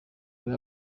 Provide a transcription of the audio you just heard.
ari